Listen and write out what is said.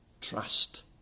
trust